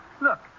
Look